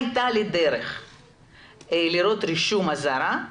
אם הייתה לי דרך לראות רישום אזהרה,